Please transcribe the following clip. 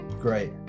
great